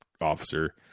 officer